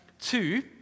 two